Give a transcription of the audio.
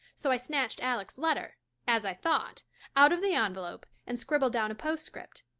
so i snatched alec's letter as i thought out of the envelope and scribbled down a postscript.